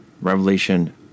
Revelation